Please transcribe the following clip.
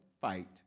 fight